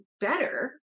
better